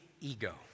ego